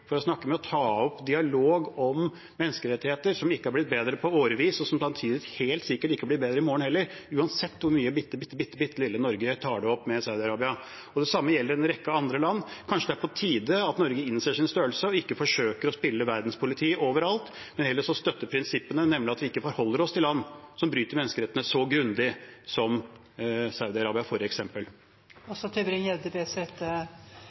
ikke har blitt bedre gjennom årene, og som helt sikkert ikke blir bedre i morgen heller, uansett hvor mye bitte lille Norge tar det opp med Saudi-Arabia. Det samme gjelder en rekke andre land. Kanskje det er på tide at Norge innser sin størrelse og ikke forsøker å spille verdenspoliti overalt og heller støtter prinsippet, nemlig at vi ikke forholder oss til land som bryter menneskerettighetene så grundig som